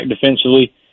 defensively